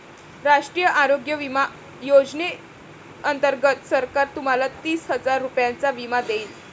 राष्ट्रीय आरोग्य विमा योजनेअंतर्गत सरकार तुम्हाला तीस हजार रुपयांचा विमा देईल